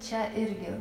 čia irgi